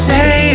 Say